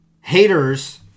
haters